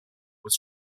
was